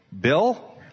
Bill